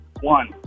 One